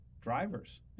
drivers